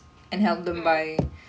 mm